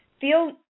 feel